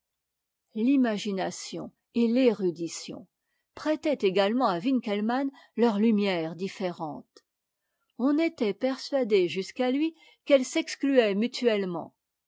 l'imagination et l'érudition prêtaient également à winckelmann leurs lumières différentes on était persuadé jusqu'à lui qu'elles s'excluaient mutuellement